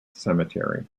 cemetery